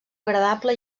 agradable